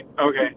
Okay